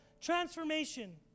transformation